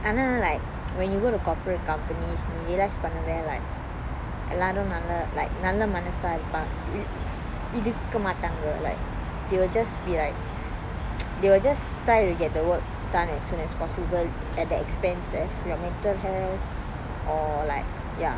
ஆனா:aana like when you go to corporate companies நீ ஏதாச்சும் பண்ணுவ:nee ethachum pannuva like எல்லாரும் நல்ல:ellarum nalla like நல்ல மனசா இருப்பாங் இருக்க மாட்டாங்க:nalla manasa iruppang irukka matanga like they will just be like they will just try to get the work done as soon as possible at the expense of your mental health or like ya